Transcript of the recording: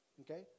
okay